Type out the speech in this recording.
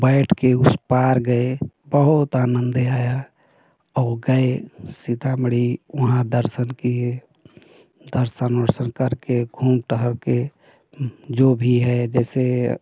बैठ कर उस पार गए बहुत आनंद आया और गए सीतामढ़ी वहाँ दर्शन किए दर्शन ओर्सन करके घूम टहल कर जो भी है जैसे